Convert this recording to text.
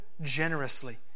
generously